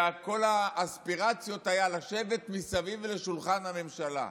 כל האספירציות שלהם היו לשבת מסביב לשולחן הממשלה,